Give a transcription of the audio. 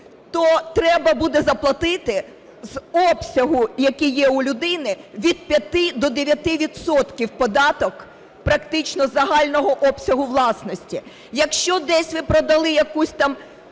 то треба буде заплатити з обсягу, який є у людини, від 5 до 9 відсотків податок практично загального обсягу власності. Якщо десь ви продали якусь там